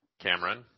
Cameron